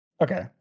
Okay